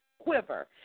quiver